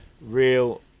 real